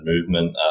movement